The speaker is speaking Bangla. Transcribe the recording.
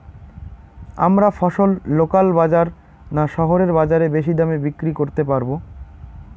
আমরা ফসল লোকাল বাজার না শহরের বাজারে বেশি দামে বিক্রি করতে পারবো?